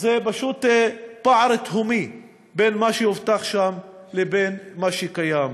זה פשוט פער תהומי בין מה שהובטח שם לבין מה שקיים.